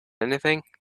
anything